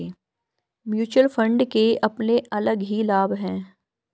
mutual fund के अपने अलग ही लाभ हैं